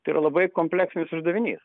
tai yra labai kompleksinis uždavinys